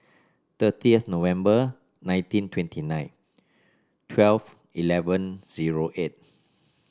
thirtieth November nineteen twenty nine twelve eleven zero eight